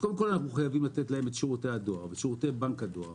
קודם כול אנחנו חייבים לתת להם את שירותי הדואר ושירותי בנק הדואר